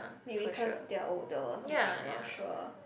maybe cause they are older or something I'm not sure